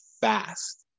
fast